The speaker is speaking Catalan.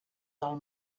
del